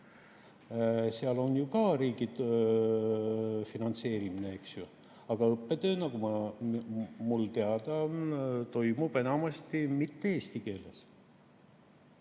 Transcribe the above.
Seal on ju ka riigi finantseerimine, eks ju. Aga õppetöö minu teada toimub enamasti mitte eesti keeles.